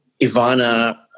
Ivana